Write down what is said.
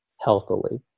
healthily